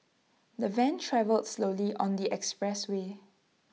the van travelled slowly on the expressway